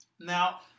Now